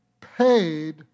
paid